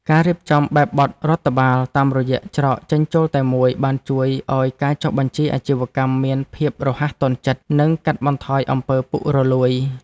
ការរៀបចំបែបបទរដ្ឋបាលតាមរយៈច្រកចេញចូលតែមួយបានជួយឱ្យការចុះបញ្ជីអាជីវកម្មមានភាពរហ័សទាន់ចិត្ត និងកាត់បន្ថយអំពើពុករលួយ។